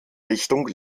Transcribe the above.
richtung